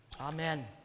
Amen